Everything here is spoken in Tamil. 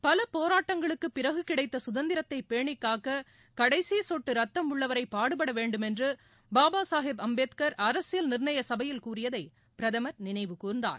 பல போராட்டங்களுக்குப் பிறகு கிடைத்த கதந்திரத்தை பேணிக் காக்க கடைசி கொட்டு ரத்தம் உள்ளவரை பாடுபட வேண்டும் என்று பாபா சாஹேப் அம்பேத்கர் அரசியல் நிர்ணய சபையில் கூறியதை பிரதமர் நினைவுகூர்ந்தார்